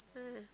ah